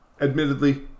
Admittedly